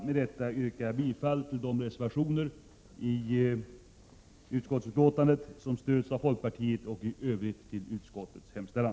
Med detta yrkar jag bifall till de reservationer i utsköttsbetänkandet som stöds av folkpartiet och i övrigt till utskottets hemställan.